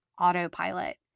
autopilot